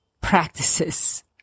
practices